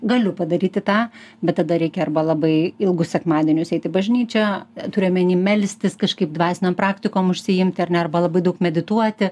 galiu padaryti tą bet tada reikia arba labai ilgus sekmadienius eit į bažnyčią turiu omeny melstis kažkaip dvasinėm praktikom užsiimti ar ne arba labai daug medituoti